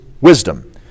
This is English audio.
wisdom